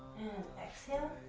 and exhale.